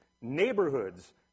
neighborhoods